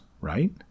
right